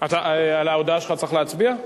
על ההודעה שלך צריך להצביע?